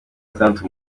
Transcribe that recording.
gatandatu